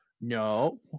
No